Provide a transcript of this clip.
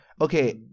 Okay